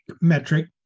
metric